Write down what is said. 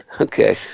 Okay